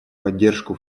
поддержку